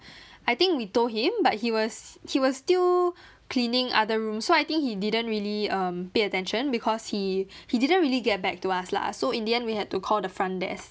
I think we told him but he was he was still cleaning other rooms so I think he didn't really um pay attention because he he didn't really get back to us lah so in the end we had to call the front desk